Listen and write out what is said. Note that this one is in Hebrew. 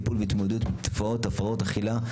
טיפול והתמודדות עם תופעות הפרעות אכילה,